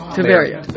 Tiberia